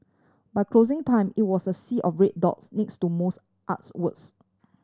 by closing time it was a sea of red dots next to most artworks